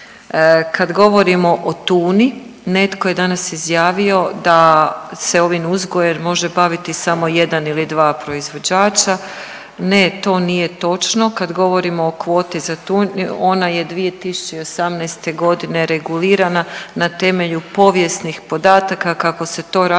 Kad govorimo o tuni, netko je danas izjavio da se ovim uzgojem može baviti samo jedan ili dva proizvođača. Ne, to nije točno, kad govorimo o kvoti za tunu ona je 2018.g. regulirana na temelju povijesnih podataka kako se to radilo